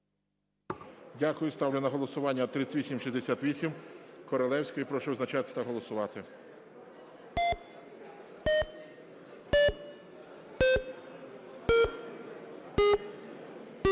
Дякую. Ставлю на голосування 3868 Королевської. Прошу визначатись та голосувати.